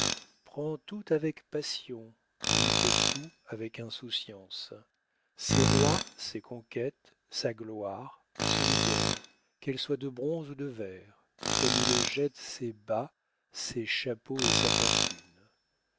prend tout avec passion quitte tout avec insouciance ses rois ses conquêtes sa gloire son idole qu'elle soit de bronze ou de verre comme il jette ses bas ses chapeaux et sa fortune